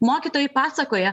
mokytojai pasakoja